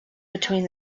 between